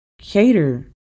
cater